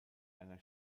einer